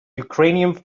ukrainian